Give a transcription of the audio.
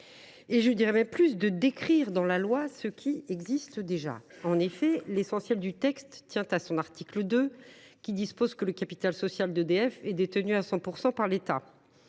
et même de décrire, dans la loi ce qui existe déjà. En effet, l’essentiel du texte tient à son article 2, qui prévoit que le capital social d’EDF est détenu à 100 % par l’État.